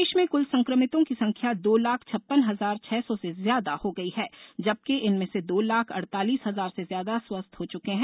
प्रदेश में कुल संक्रमितों की संख्या दो लाख छप्पन हजार छह सौ से ज्यादा हो गई है जबकि इनमें से दो लाख अड़तालिस हजार से ज्यादा स्वस्थ हो चुके हैं